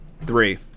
Three